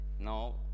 No